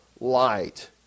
light